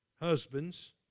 husbands